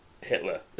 Hitler